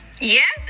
Yes